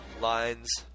Lines